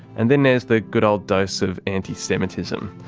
and then there's the good old dose of anti-semitism.